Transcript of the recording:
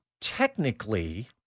technically